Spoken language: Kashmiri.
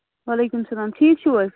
وعلیکُم سَلام ٹھیٖک چھِو حظ